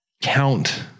count